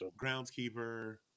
groundskeeper